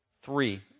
three